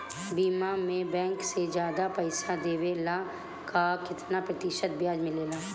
बीमा में बैंक से ज्यादा पइसा देवेला का कितना प्रतिशत ब्याज मिलेला?